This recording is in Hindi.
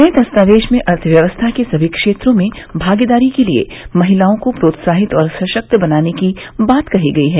नए दस्तावेज में अर्थव्यवस्था के सभी क्षेत्रों में भागीदारी के लिए महिलाओं को प्रोत्साहित और सशक्त बनाने की बात कही गई है